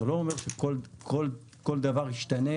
זה לא אומר שכל דבר ישתנה.